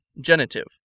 Genitive